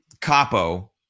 capo